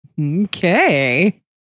Okay